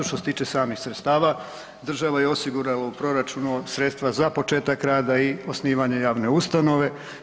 Što se tiče samih sredstava, država je osigurala u proračunu sredstva za početak rada i osnivanje javne ustanove.